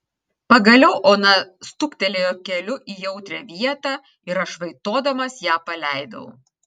pagaliau ona stuktelėjo keliu į jautrią vietą ir aš vaitodamas ją paleidau